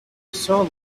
saw